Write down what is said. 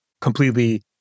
completely